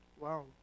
Wow